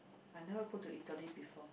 I never go to Italy before